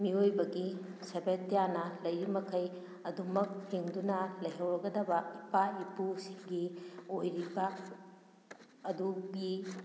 ꯃꯤꯑꯣꯏꯕꯒꯤ ꯁꯥꯕꯦꯇ꯭ꯌꯥꯅ ꯂꯩꯔꯤ ꯃꯈꯩ ꯑꯗꯨꯝꯃꯛ ꯍꯤꯡꯗꯨꯅ ꯂꯩꯍꯧꯔꯒꯗꯕ ꯏꯄꯥ ꯏꯄꯨꯁꯤꯡꯒꯤ ꯑꯣꯏꯔꯤꯕ ꯑꯗꯨꯒꯤ